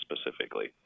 specifically